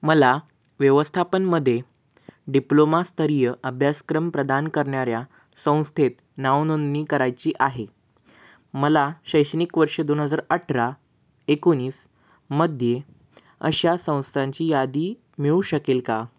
मला व्यवस्थापनमध्ये डिप्लोमा स्तरीय अभ्यासक्रम प्रदान करणाऱ्या संस्थेत नावनोंदणी करायची आहे मला शैक्षणिक वर्ष दोन हजार अठरा एकोणीस मध्ये अशा संस्थांची यादी मिळू शकेल का